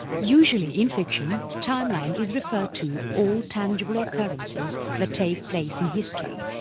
usually in fiction, timeline is referred to all tangible occurrences that take place in history,